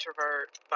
introvert